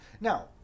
Now